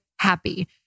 HAPPY